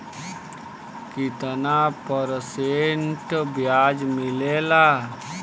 कितना परसेंट ब्याज मिलेला?